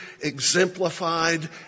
exemplified